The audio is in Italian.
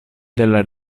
della